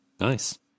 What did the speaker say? Nice